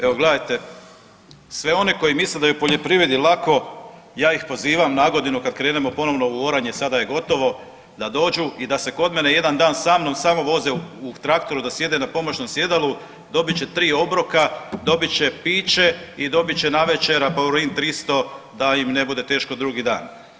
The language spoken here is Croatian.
Evo gledajte, sve one koji misle da je u poljoprivredi lako ja ih pozivam na godinu kad krenemo ponovno u oranje sada je gotovo, da dođu i da se kod mene jedan dan sa mnom samo voze u traktoru, da sjede na pomoćnom sjedalu, dobit će 3 obroka, dobit će piće i dobit će navečer Apaurin 300 da im ne bude teško drugi dan.